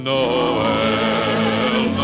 Noel